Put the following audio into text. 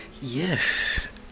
yes